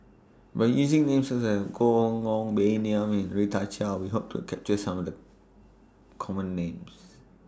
By using Names such as Koh Nguang Baey Yam Rita Chao We Hope to capture Some of The Common Names